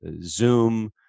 Zoom